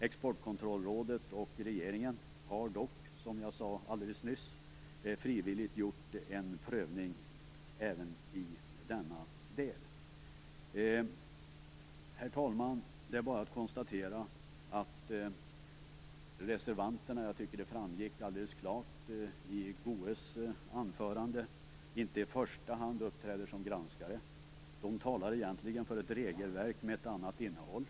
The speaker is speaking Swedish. Exportkontrollrådet och regeringen har dock, som jag sade alldeles nyss, frivilligt gjort en prövning även i denna del. Herr talman! Det är bara att konstatera att reservanterna, vilket jag tycker framgick alldeles klart av Goës anförande, inte i första hand uppträder som granskare. De talar egentligen för ett regelverk med ett annat innehåll.